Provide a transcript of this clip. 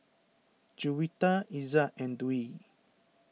Juwita Izzat and Dwi